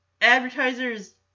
advertiser's